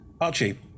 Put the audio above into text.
Archie